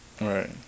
Right